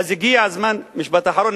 משפט אחרון.